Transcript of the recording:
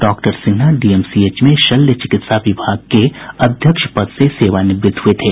doctor Sinha DMCH में शल्य चिकित्सा विभाग के अध्यक्ष पद से सेवानिवृत्त हुये थे